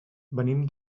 venim